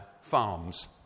farms